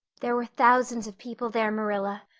there were thousands of people there, marilla.